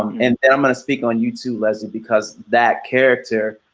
um and then i'm gonna speak on you too leslie, because that character,